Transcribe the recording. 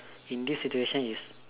in this situation is